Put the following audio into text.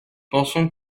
pensons